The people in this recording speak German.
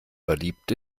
verliebt